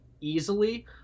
easily